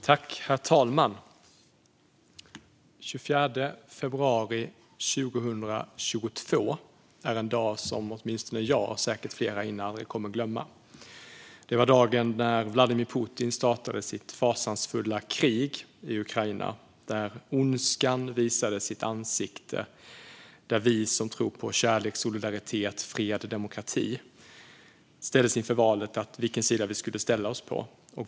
Herr talman! Den 24 februari 2022 är en dag som åtminstone jag, och säkert flera här inne, aldrig kommer att glömma. Det var dagen när Vladimir Putin startade sitt fasansfulla krig i Ukraina, där ondskan visade sitt ansikte. Vi som tror på kärlek, solidaritet, fred och demokrati ställdes inför att välja vilken sida vi skulle ställa oss på.